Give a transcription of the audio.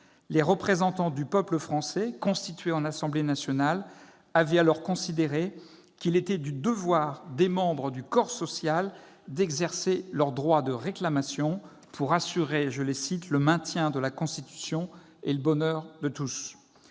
Les représentants du peuple français, constitués en Assemblée nationale, avaient alors considéré qu'il était du devoir des membres du corps social d'exercer leur « droit de réclamation », pour assurer « le maintien de la Constitution et le bonheur de tous ».